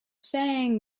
saying